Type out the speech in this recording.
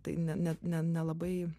tai ne ne ne nelabai